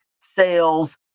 sales